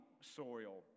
soil